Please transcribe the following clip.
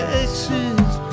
Texas